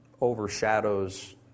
overshadows